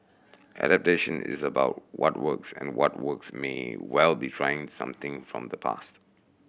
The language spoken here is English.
adaptation is about what works and what works may well be trying something from the past